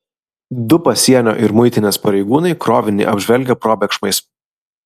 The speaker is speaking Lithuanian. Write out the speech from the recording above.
du pasienio ir muitinės pareigūnai krovinį apžvelgę probėgšmais